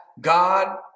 God